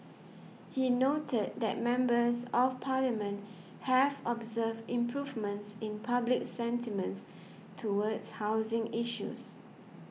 he noted that Members of Parliament have observed improvements in public sentiments towards housing issues